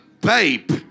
babe